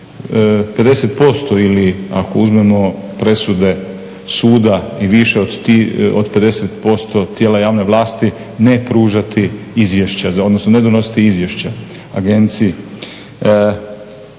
50% ili ako uzmemo presude suda i više od 50% tijela javne vlasti ne pružati izvješća, odnosno ne donositi izvješća agenciji?